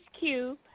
cube